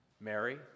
Mary